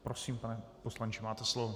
Prosím, pane poslanče, máte slovo.